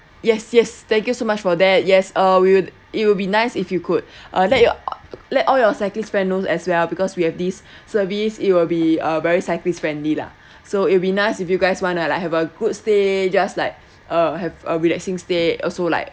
yes yes thank you so much for that yes uh we will it would be nice if you could uh let your let all your cyclists friends know as well because we have this service it will be a very cyclist-friendly lah so it'll be nice if you guys wanna like have a good stay just like uh have a relaxing stay also like